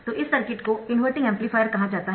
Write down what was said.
तो इस सर्किट को इनवर्टिंग एम्पलीफायर कहा जाता है